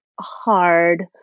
hard